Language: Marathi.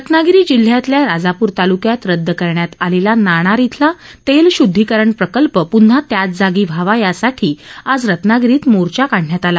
रत्नागिरी जिल्ह्यातल्या राजापूर तालुक्यात रद्द करण्यात आलेला नाणार श्विला तेलशुद्धीकरण प्रकल्प पून्हा त्याच जागी व्हावा यासाठी आज रत्नागिरीत मोर्चा काढण्यात आला